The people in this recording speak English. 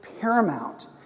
paramount